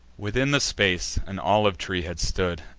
within the space, an olive tree had stood,